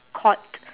caught